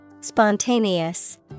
Spontaneous